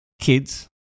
Kids